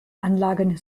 anlagen